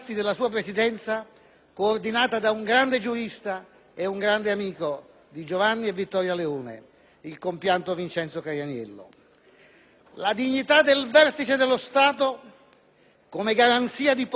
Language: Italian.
coordinata da un grande giurista e un grande amico di Giovanni e Vittoria Leone, il compianto Vincenzo Caianiello. La dignità del vertice dello Stato come garanzia di potere neutro